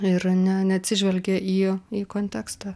ir ne neatsižvelgia į į kontekstą